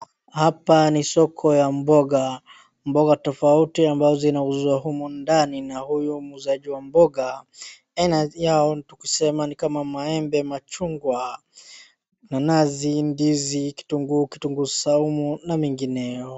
Hapa ni soko ya mboga, mboga tofauti ambazo zinauzwa humu ndani na huyu muuzaji wa mboga, enazi yao tukisema ni kama maembe, machungwa, nanasi, ndizi, kitunguu, kitunguu saumu na mengineo.